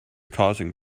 causing